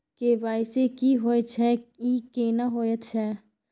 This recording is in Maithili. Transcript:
के.वाई.सी की होय छै, ई केना होयत छै?